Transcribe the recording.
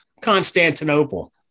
Constantinople